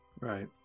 Right